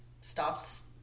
stops